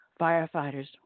firefighters